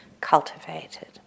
cultivated